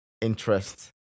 interest